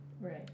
Right